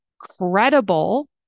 credible